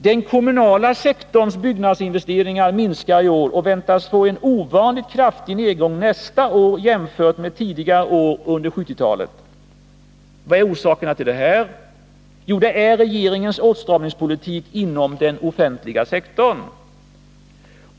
Den kommunala sektorns byggnadsinvesteringar minskar i år och väntas få en ovanligt kraftig nedgång nästa år jämfört med tidigare år under 1970-talet. Orsaken är regeringens åtstramningspolitik inom den offentliga sektorn.